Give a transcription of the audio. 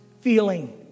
feeling